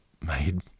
made